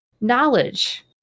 knowledge